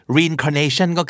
Reincarnation